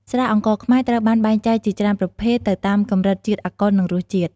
ស្រាអង្ករខ្មែរ ត្រូវបានបែងចែកជាច្រើនប្រភេទទៅតាមកម្រិតជាតិអាល់កុល និងរសជាតិ។